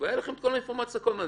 הייתה לכם כל האינפורמציה כל הזמן,